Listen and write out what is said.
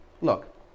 Look